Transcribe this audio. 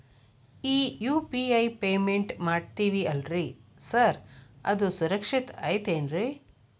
ಈ UPI payment ಮಾಡ್ತೇವಿ ಅಲ್ರಿ ಸಾರ್ ಅದು ಸುರಕ್ಷಿತ್ ಐತ್ ಏನ್ರಿ?